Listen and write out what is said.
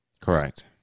Correct